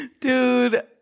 dude